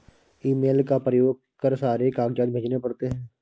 email का प्रयोग कर सारे कागजात भेजने पड़ते हैं